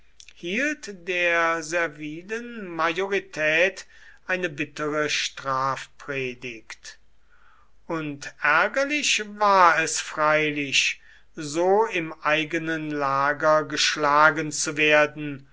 hielt der servilen majorität eine bittere strafpredigt und ärgerlich war es freilich so im eigenen lager geschlagen zu werden